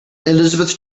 elizabeth